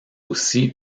aussi